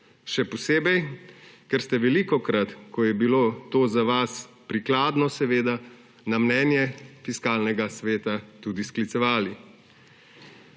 Še posebej ker ste se velikokrat, seveda ko je bilo to za vas prikladno, na mnenje Fiskalnega sveta tudi sklicevali.